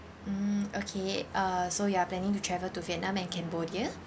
mm okay uh so you are planning to travel to vietnam and cambodia